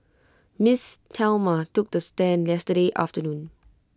miss Thelma took the stand yesterday afternoon